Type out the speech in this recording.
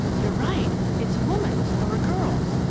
you're right! it's a woman's or a girl's.